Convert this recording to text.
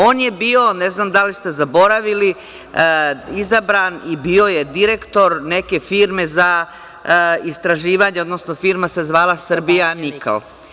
On je bio, ne znam da li ste zaboravili izabran i bio je direktor neke firme za istraživanje, odnosno firma se zvala „Srbija nikl“